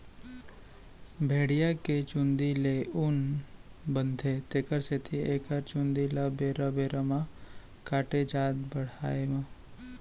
भेड़िया के चूंदी ले ऊन बनथे तेखर सेती एखर चूंदी ल बेरा बेरा म काटे जाथ बाड़हे म